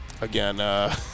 again